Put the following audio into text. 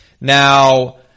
now